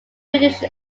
british